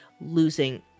losing